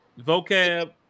Vocab